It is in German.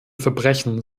verbrechen